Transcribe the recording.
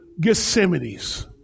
Gethsemane's